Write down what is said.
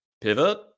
Pivot